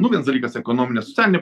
nu viens dalykas ekonominė socialinė